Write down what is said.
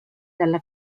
dalla